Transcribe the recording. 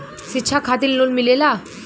शिक्षा खातिन लोन मिलेला?